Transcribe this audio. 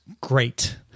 great